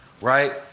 right